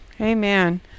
amen